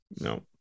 No